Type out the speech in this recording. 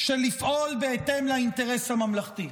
לפעול בהתאם לאינטרס הממלכתי,